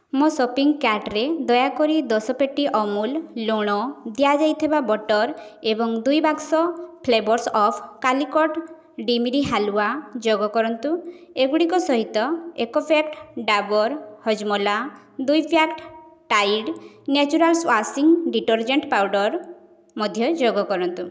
ମୋ ସପିଂ କାର୍ଟ୍ରେ ଦୟାକରି ଦଶ ପେଟି ଅମୁଲ ଲୁଣ ଦିଆଯାଇଥିବା ବଟର୍ ଏବଂ ଦୁଇ ବାକ୍ସ ଫ୍ଲେଭର୍ସ ଅଫ କାଲିକଟ ଡିମିରି ହାଲୁଆ ଯୋଗ କରନ୍ତୁ ଏଗୁଡ଼ିକ ସହିତ ଏକ ପ୍ୟାକେଟ୍ ଡାବର୍ ହଜମୋଲା ଦୁଇ packet Tide naturals washing detergent powder ମଧ୍ୟ ଯୋଗ କରନ୍ତୁ